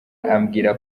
ambwira